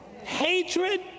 Hatred